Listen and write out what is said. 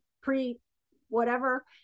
pre-whatever